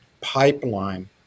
pipeline